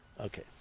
Okay